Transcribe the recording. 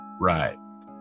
Right